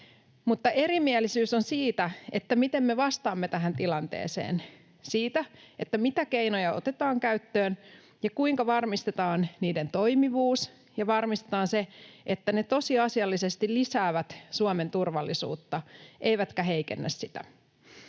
Mutta erimielisyys on siitä, miten me vastaamme tähän tilanteeseen, siitä, mitä keinoja otetaan käyttöön ja kuinka varmistetaan niiden toimivuus ja varmistetaan se, että ne tosiasiallisesti lisäävät Suomen turvallisuutta eivätkä heikennä sitä.